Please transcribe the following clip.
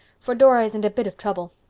for dora isn't a bit of trouble.